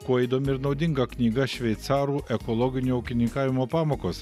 kuo įdomi ir naudinga knyga šveicarų ekologinio ūkininkavimo pamokos